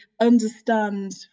understand